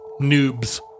noobs